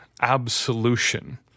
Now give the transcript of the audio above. absolution